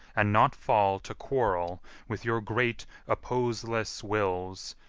and not fall to quarrel with your great opposeless wills,